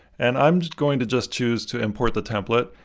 and i'm going to just choose to import the template,